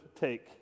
take